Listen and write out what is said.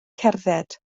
cerdded